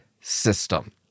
system